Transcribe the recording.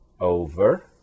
over